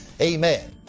Amen